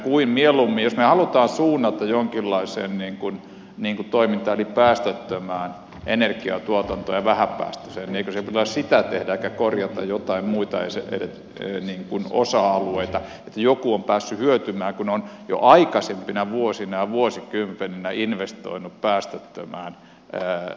jos me haluamme suunnata jonkinlaiseen toimintaan eli päästöttömään energiantuotantoon ja vähäpäästöiseen niin eikö pitäisi sitä tehdä eikä korjata joitain muita osa alueita että joku on päässyt hyötymään kun on jo aikaisempina vuosina ja vuosikymmeninä investoinut päästöttömään voimalaan